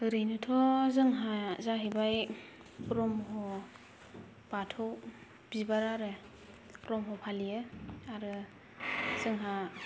ओरैनोथ' जोंहा जाहैबाय ब्रम्ह बाथौ बिबार आरो ब्रम्ह फालियो आरो जोंहा